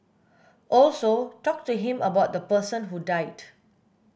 also talk to him about the person who died